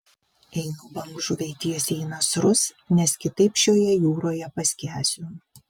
einu bangžuvei tiesiai į nasrus nes kitaip šioje jūroje paskęsiu